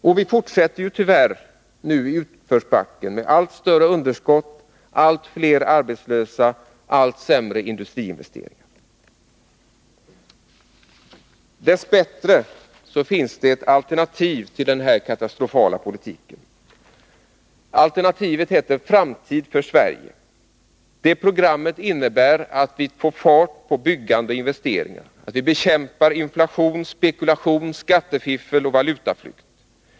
Och vi fortsätter tyvärr i utförsbacken med allt större underskott, allt fler arbetslösa, allt sämre industriinvesteringar. Dess bättre finns det ett alternativ till denna katastrofala politik. Alternativet heter ”Framtid för Sverige”. Det programmet innebär att vi får fart på byggande och investeringar, att vi bekämpar inflation, spekulation, skattefiffel och valutafiffel.